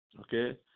okay